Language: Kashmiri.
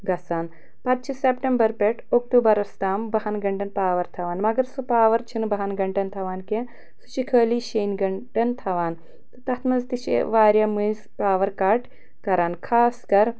گژھان پتہٕ چھِ سٚیپٹمبر پٮ۪ٹھ اکتوٗبرس تام بہن گنٛٹن پاور تھاوان مگر سُہ پاور چھِنہٕ بہن گنٛٹن تھاوان کینٛہہ سُہ چھِ خٲلی شیٚنۍ گنٛٹن تھاوان تہٕ تتھ منٛز تہِ چھِ واریاہ مٔنٛزۍ پاور کٹ کران خاص کر